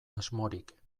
asmorik